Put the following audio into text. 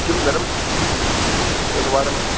किं नरम् एकवारं